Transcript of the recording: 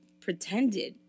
pretended